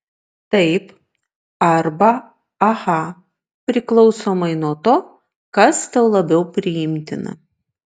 taip arba aha priklausomai nuo to kas tau labiau priimtina